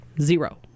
Zero